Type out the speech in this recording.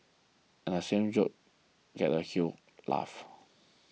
and the same joke gets a huge laugh